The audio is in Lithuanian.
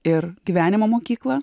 ir gyvenimo mokyklą